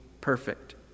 perfect